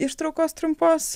ištraukos trumpos